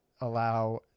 allow